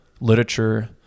literature